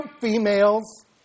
females